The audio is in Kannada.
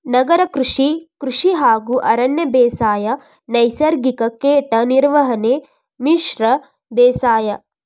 ನಗರ ಕೃಷಿ, ಕೃಷಿ ಹಾಗೂ ಅರಣ್ಯ ಬೇಸಾಯ, ನೈಸರ್ಗಿಕ ಕೇಟ ನಿರ್ವಹಣೆ, ಮಿಶ್ರ ಬೇಸಾಯ